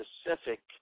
specific